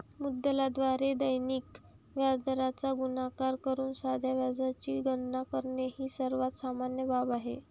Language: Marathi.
मुद्दलाद्वारे दैनिक व्याजदराचा गुणाकार करून साध्या व्याजाची गणना करणे ही सर्वात सामान्य बाब आहे